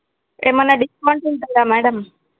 ఏమన్నా డిస్కౌంట్ ఉంటుందా మేడమ్